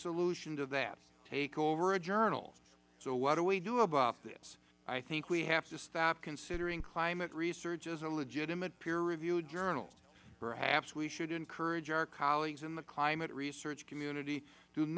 solution to that take over a journal so what do we do about this i think we have to stop considering climate research as a legitimate peer reviewed journal perhaps we should encourage our colleagues in the climate research community